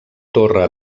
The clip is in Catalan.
torre